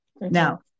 now